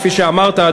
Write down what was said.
כפי שאמרת,